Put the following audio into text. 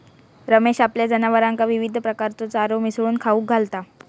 रमेश आपल्या जनावरांका विविध प्रकारचो चारो मिसळून खाऊक घालता